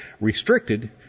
Restricted